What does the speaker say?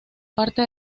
parte